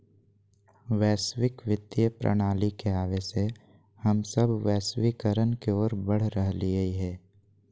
वैश्विक वित्तीय प्रणाली के आवे से हम सब वैश्वीकरण के ओर बढ़ रहलियै हें